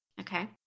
okay